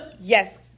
yes